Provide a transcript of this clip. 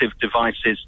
devices